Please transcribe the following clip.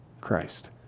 Christ